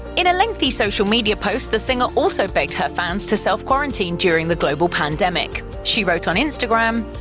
in a lengthy social media post, the singer also begged her fans to self-quarantine during the global pandemic. she wrote on instagram,